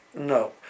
No